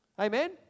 amen